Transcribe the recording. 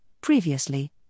previously